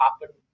happen